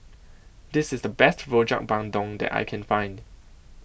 This IS The Best Rojak Bandung that I Can Find